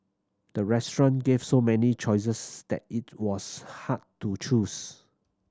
the restaurant gave so many choices that it was hard to choose